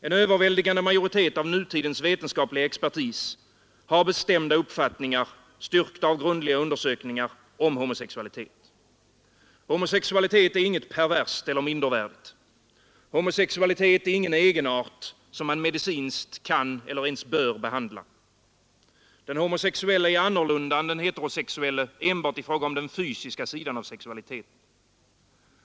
En överväldigande majoritet av nutidens vetenskapliga expertis har bestämda uppfattningar, styrkta av grundliga undersökningar om homosexualitet. Homosexualitet är inget perverst eller mindervärdigt. Homosexualitet är ingen egenart, som man medicinskt kan eller bör behandla. Den homosexuelle är annorlunda än den heterosexuelle enbart i fråga om den fysiska sidan av sexualiteten.